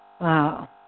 Wow